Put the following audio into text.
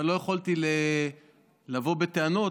אבל לא יכולתי לבוא בטענות,